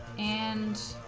and